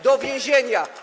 Do więzienia.